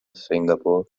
singapore